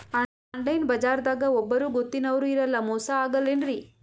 Online ಬಜಾರದಾಗ ಒಬ್ಬರೂ ಗೊತ್ತಿನವ್ರು ಇರಲ್ಲ, ಮೋಸ ಅಗಲ್ಲೆನ್ರಿ?